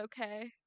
okay